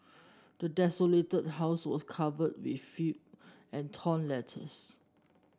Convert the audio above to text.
the desolated house was covered in filth and torn letters